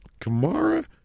Kamara